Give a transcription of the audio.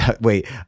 Wait